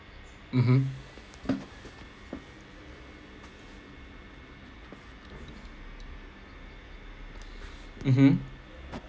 mmhmm mmhmm